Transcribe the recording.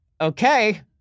okay